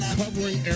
covering